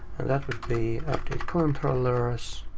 and that would be updatecontrollers,